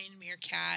meerkat